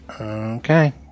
Okay